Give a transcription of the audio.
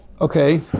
Okay